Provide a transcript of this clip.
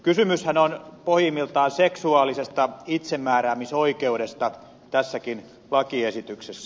kysymyshän on pohjimmiltaan seksuaalisesta itsemääräämisoikeudesta tässäkin lakiesityksessä